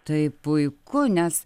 tai puiku nes